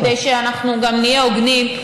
כדי שאנחנו גם נהיה הוגנים,